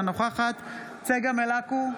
אינה נוכחת צגה מלקו,